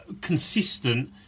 consistent